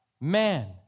man